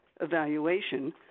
evaluation